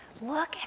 Look